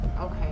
Okay